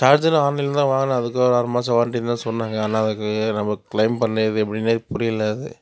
charger ஆன்லைன்ல தான் வாங்குனேன் அதுக்கும் ஒரு ஆறு மாசம் வாரண்டினு தான் சொன்னாங்க ஆனால் அதுக்கு நமக்கு கிளைம் பண்ணுறது எப்படினே புரியிலை அது